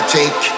take